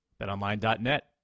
betonline.net